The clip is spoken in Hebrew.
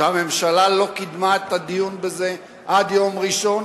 שהממשלה לא קידמה את הדיון בזה עד יום ראשון,